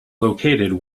located